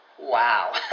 Wow